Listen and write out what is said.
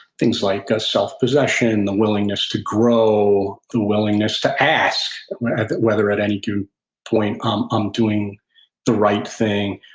things like ah self-possession, the willingness to grow, the willingness to ask whether at any given point um i'm doing the right thing,